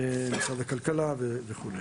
משרד הכלכלה וכדומה.